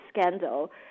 scandal